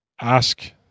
ask